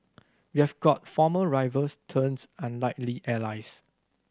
you have got former rivals turned unlikely allies